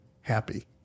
happy